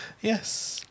Yes